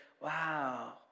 wow